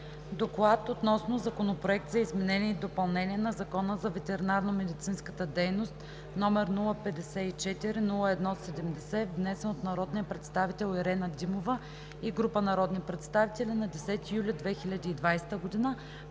„Доклад относно Законопроект за изменение и допълнение на Закона за ветеринарномедицинската дейност“, № 054-01-70, внесен от народния представител Ирена Димова и група народни представители на 10 юли 2020 г.,